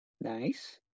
nice